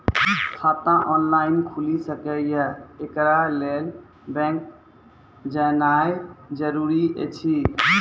खाता ऑनलाइन खूलि सकै यै? एकरा लेल बैंक जेनाय जरूरी एछि?